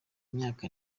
myaka